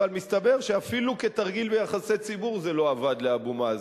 אבל מסתבר שאפילו כתרגיל ביחסי ציבור זה לא עבד לאבו מאזן,